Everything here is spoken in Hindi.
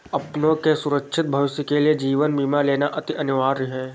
अपनों के सुरक्षित भविष्य के लिए जीवन बीमा लेना अति अनिवार्य है